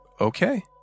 okay